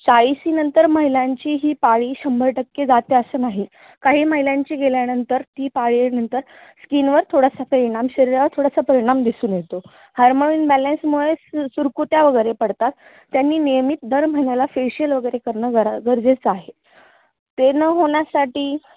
चाळीशीनंतर महिलांची ही पाळी शंभर टक्के जाते असं नाही काही महिलांची गेल्यानंतर ती पाळीनंतर स्कीनवर थोडासा परिणाम शरीरावर थोडासा परिणाम दिसून येतो हार्मोन इमबॅलन्समुळे सु सुरकुत्या वगैरे पडतात त्यांनी नियमित दर महिन्याला फेशियल वगैरे करणं गरा गरजेचं आहे ते न होण्यासाठी